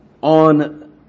on